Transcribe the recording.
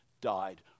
died